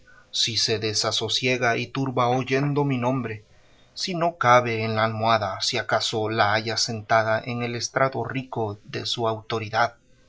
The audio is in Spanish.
si se desasosiega y turba oyendo mi nombre si no cabe en la almohada si acaso la hallas sentada en el estrado rico de su autoridad